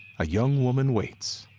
a young woman waits.